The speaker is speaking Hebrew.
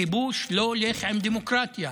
כיבוש לא הולך עם דמוקרטיה,